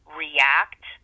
react